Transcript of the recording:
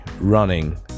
running